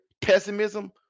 pessimism